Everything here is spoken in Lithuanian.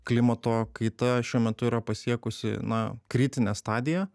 klimato kaita šiuo metu yra pasiekusi na kritinę stadiją